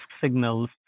signals